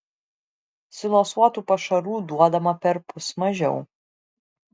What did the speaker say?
silosuotų pašarų duodama perpus mažiau